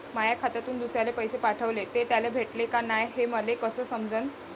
माया खात्यातून दुसऱ्याले पैसे पाठवले, ते त्याले भेटले का नाय हे मले कस समजन?